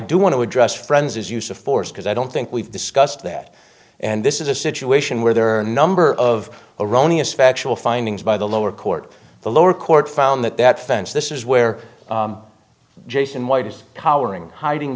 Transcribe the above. do want to address friends is use of force because i don't think we've discussed that and this is a situation where there are a number of erroneous factual findings by the lower court the lower court found that that fence this is where jason white is powering hiding